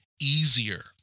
Easier